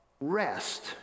rest